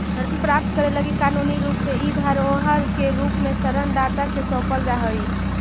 ऋण प्राप्त करे लगी कानूनी रूप से इ धरोहर के रूप में ऋण दाता के सौंपल जा हई